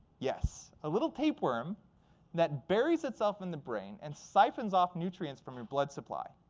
yes, a little tape worm that buries itself in the brain and siphons off nutrients from your blood supply.